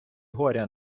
горя